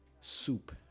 soup